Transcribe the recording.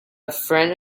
friend